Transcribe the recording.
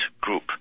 group